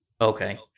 Okay